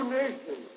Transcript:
nation